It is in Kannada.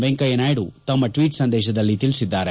ವೆಂಕಯ್ಲ ನಾಯ್ಡು ತಮ್ಗ ಟ್ವೀಟ್ ಸಂದೇಶದಲ್ಲಿ ತಿಳಿಸಿದ್ದಾರೆ